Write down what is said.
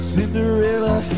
Cinderella